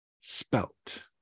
spelt